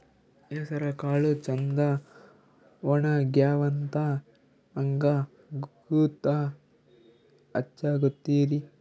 ಹೆಸರಕಾಳು ಛಂದ ಒಣಗ್ಯಾವಂತ ಹಂಗ ಗೂತ್ತ ಹಚಗೊತಿರಿ?